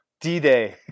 D-Day